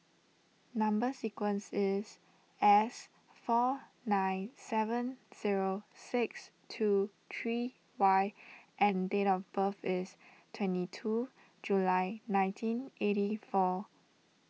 Number Sequence is S four nine seven zero six two three Y and date of birth is twenty two July nineteen eighty four